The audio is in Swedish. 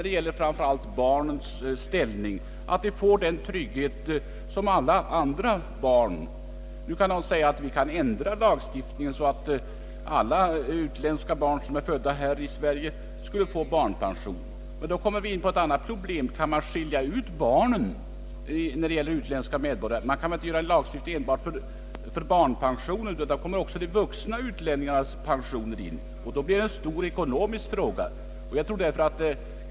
Det gäller att ge barnen en sådan ställning, att de får den trygghet, som alla andra barn har. Man skulle kunna ändra lagstiftningen, så att alla utländska barn som är födda här i Sverige skulle få barnpension. Men man kan inte göra en lagstiftning endast för barnpensioner. Då kommer också de vuxna utlänningarnas pensioner in, och då blir det en stor ekonomisk fråga.